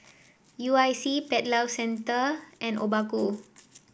U I C Pet Lovers Centre and Obaku